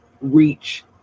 reach